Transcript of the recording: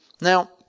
Now